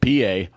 PA